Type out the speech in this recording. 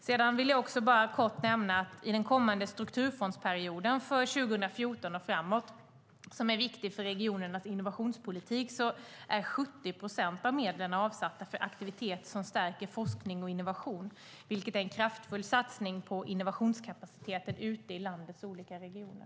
Jag vill bara kort nämna att i den kommande strukturfondsperioden för 2014 och framåt, som är viktig för regionernas innovationspolitik, är 70 procent av medlen avsatta för aktivitet som stärker forskning och innovation. Det är en kraftfull satsning på innovationskapaciteten ute i landets olika regioner.